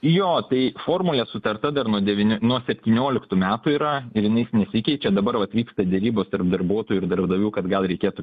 jo tai formulė sutarta dar nuo devyni nuo septynioliktų metų yra ir jinai nesikeičia dabar vat vyksta derybos tarp darbuotojų ir darbdavių kad gal reikėtų